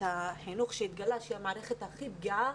החינוך שהתגלה שהיא המערכת הכי פגיעה